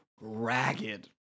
ragged